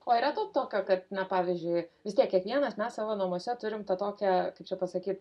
o yra to tokio kad na pavyzdžiui vis tiek kiekvienas mes savo namuose turim tą tokią kaip čia pasakyt